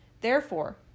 Therefore